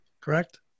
Correct